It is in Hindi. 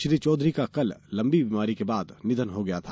श्री चौधरी का कल लंबी बीमारी के बाद निधन हो गया था